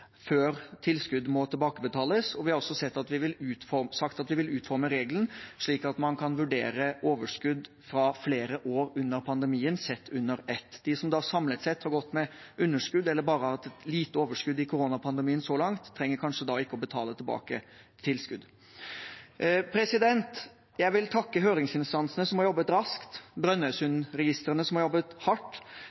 før tilskudd må tilbakebetales. Vi har også sagt at vi vil utforme regelen slik at man kan vurdere overskudd fra flere år under pandemien sett under ett. De som samlet sett har gått med underskudd, eller bare har hatt et lite overskudd i koronapandemien så langt, trenger da kanskje ikke å betale tilbake tilskudd. Jeg vil takke høringsinstansene, som har jobbet raskt, og Brønnøysundregistrene, som har jobbet hardt.